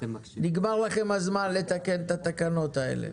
נגמר לכם הזמן לתקן את התקנות האלה.